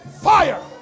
Fire